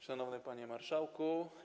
Szanowny Panie Marszałku!